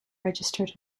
registered